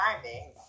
timing